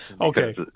Okay